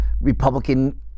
Republican